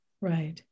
right